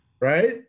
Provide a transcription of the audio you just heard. right